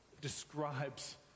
describes